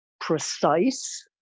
precise